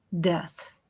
death